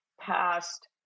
past